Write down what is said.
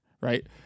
right